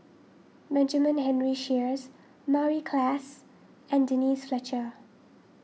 Benjamin Henry Sheares Mary Klass and Denise Fletcher